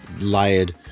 layered